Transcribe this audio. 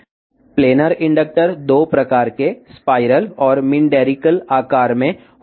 మరలా ప్లానార్ ప్రేరకాలు 2 రకాల స్పైరల్ మరియు మెండరికల్ ఆకారంలో ఉండవచ్చు